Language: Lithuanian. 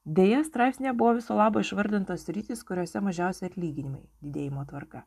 deja straipsnyje buvo viso labo išvardintos sritys kuriose mažiausi atlyginimai didėjimo tvarka